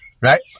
right